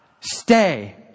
Stay